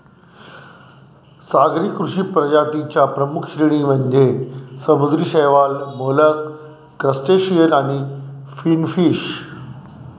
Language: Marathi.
सागरी कृषी प्रजातीं च्या प्रमुख श्रेणी म्हणजे समुद्री शैवाल, मोलस्क, क्रस्टेशियन आणि फिनफिश